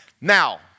Now